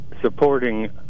supporting